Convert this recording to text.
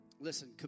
Listen